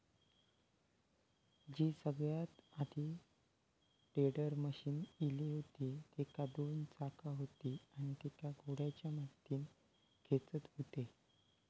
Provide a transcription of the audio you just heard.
जी सगळ्यात आधी tedder machine इली हुती तेका दोन चाका हुती आणि तेका घोड्याच्या मदतीन खेचत हुते